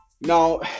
Now